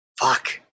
Fuck